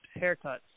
Haircuts